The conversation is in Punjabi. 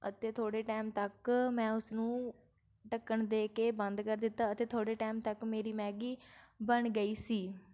ਅਤੇ ਥੋੜ੍ਹੇ ਟਾਈਮ ਤੱਕ ਮੈਂ ਉਸਨੂੰ ਢੱਕਣ ਦੇ ਕੇ ਬੰਦ ਕਰ ਦਿੱਤਾ ਅਤੇ ਥੋੜ੍ਹੇ ਟਾਈਮ ਤੱਕ ਮੇਰੀ ਮੈਗੀ ਬਣ ਗਈ ਸੀ